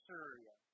Syria